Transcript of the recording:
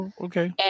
Okay